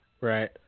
Right